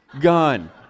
gun